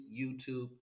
YouTube